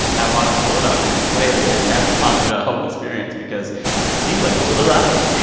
i want to pull it up, play it a bit and have you talk me through that whole experience because it seemed like it was a riot